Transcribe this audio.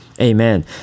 Amen